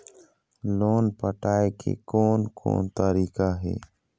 Loan पटाए के कोन कोन तरीका हे?